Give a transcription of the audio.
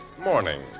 morning